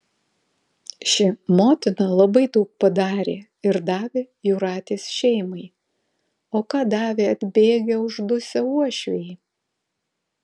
ši motina labai daug padarė ir davė jūratės šeimai o ką davė atbėgę uždusę uošviai